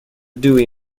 dewey